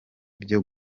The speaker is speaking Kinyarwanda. byo